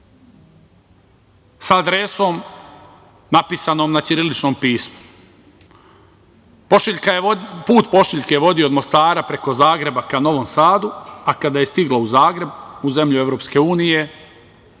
sa adresom napisanom na ćiriličnom pismu. Put pošiljke vodi od Mostara preko Zagreba, ka Novom Sadu, a kada je stigla u Zagreb u zemlje EU,